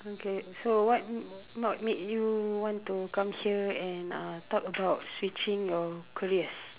okay so what made you want to come here and uh talk about switching your careers